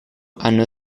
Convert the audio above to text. hanno